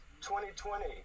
2020